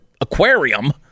aquarium